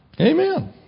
Amen